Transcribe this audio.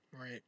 Right